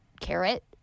carrot